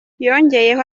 yongeyeko